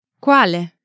Quale